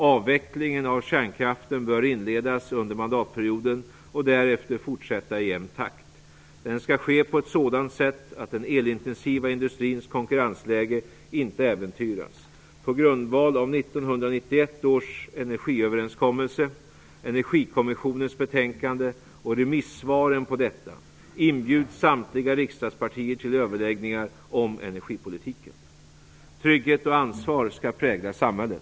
Avvecklingen av kärnkraften bör inledas under mandatsperioden och därefter fortsätta i jämn takt. Den skall ske på ett sådant sätt att den elintensiva industrins konkurrensläge inte äventyras. På grundval av 1991 års energiöverenskommelse, Energikommissionens betänkande och remissvaren på detta inbjuds samtliga riksdagspartier till överläggningar om energipolitiken. 4. Trygghet och ansvar skall prägla samhället.